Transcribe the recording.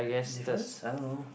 difference I don't know